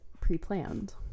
pre-planned